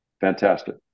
Fantastic